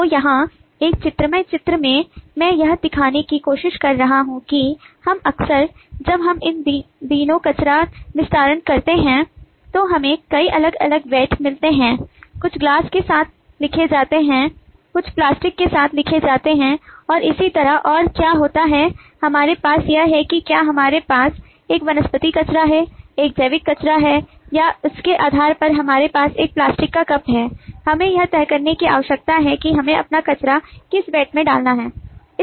तो यहाँ इस चित्रमय चित्र में मैं यह दिखाने की कोशिश कर रहा हूँ कि हम अक्सर जब हम इन दिनों कचरा निस्तारण करने जाते हैं तो हमें कई अलग अलग कचरा मिलते हैं कुछ ग्लास के साथ लिखे जाते हैं कुछ प्लास्टिक के साथ लिखे जाते हैं और इसी तरह और क्या होता है हमारे पास यह है कि क्या हमारे पास एक वनस्पति कचरा है एक जैविक कचरा है या उसके आधार पर हमारे पास एक प्लास्टिक का कप है हमें यह तय करने की आवश्यकता है कि हमें अपना कचरा किस वैट में डालना चाहिए